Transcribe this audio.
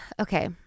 okay